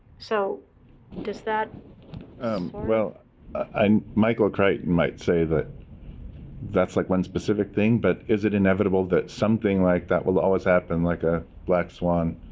so does that um sort um michael crichton might say that that's, like, one specific thing. but is it inevitable that something like that will always happen, like a black swan?